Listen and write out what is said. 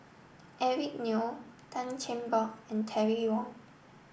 Eric Neo Tan Cheng Bock and Terry Wong